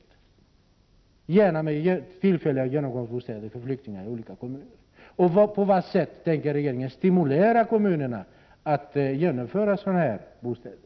Ett förslag är tillfälliga genomgångsbostäder för flyktingar i olika kommuner. På vilket sätt tänker regeringen stimulera kommunerna att få fram denna typ av bostäder?